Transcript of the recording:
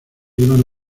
iban